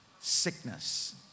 sickness